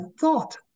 thought